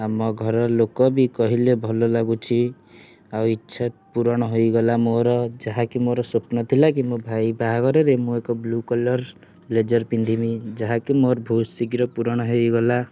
ଆମ ଘରଲୋକ ବି କହିଲେ ଭଲ ଲାଗୁଛି ଆଉ ଇଚ୍ଛା ପୂରଣ ହୋଇଗଲା ମୋର ଯାହାକି ମୋର ସ୍ୱପ୍ନ ଥିଲା କି ମୋର ଭାଇ ବାହାଘରରେ ମୁଁ ଏକ ବ୍ଲୁ କଲର୍ ବ୍ଲେଜର୍ ପିନ୍ଧିବି ଯାହାକି ମୋର ବହୁତ ଶୀଘ୍ର ପୂରଣ ହୋଇଗଲା